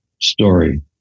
story